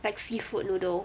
like seafood noodle